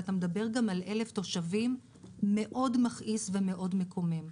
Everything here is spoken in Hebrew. ואתה מדבר גם על אלף תושבים זה מכעיס מאוד ומקומם מאוד.